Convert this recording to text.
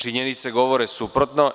Činjenice govore suprotno.